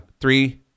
Three